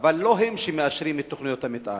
אבל לא הם שמאשרים את תוכניות המיתאר.